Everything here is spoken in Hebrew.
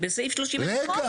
רגע.